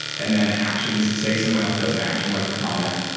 and then actions say, someone else does an action like a comment.